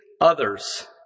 others